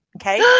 Okay